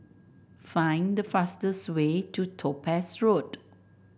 find the fastest way to Topaz Road